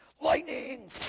lightning